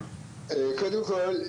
קודם כל,